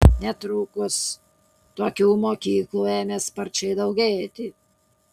netrukus tokių mokyklų ėmė sparčiai daugėti